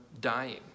dying